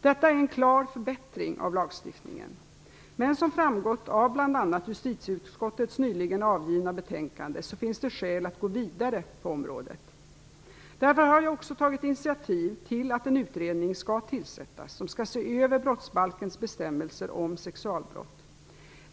Detta är en klar förbättring av lagstiftningen, men som framgått av bl.a. justitieutskottets nyligen avgivna betänkande så finns det skäl att gå vidare på området. Därför har jag också tagit initiativ till att en utredning skall tillsättas som skall se över brottsbalkens bestämmelser om sexualbrott.